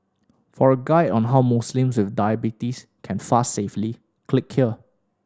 for a guide on how Muslims with diabetes can fast safely click here